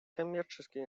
коммерческие